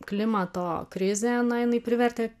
klimato krizė na jinai privertė